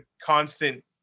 constant